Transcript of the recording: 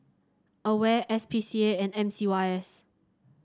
Aware S P C A and M C Y S